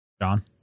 John